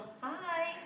Hi